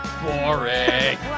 boring